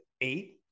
eight